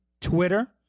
Twitter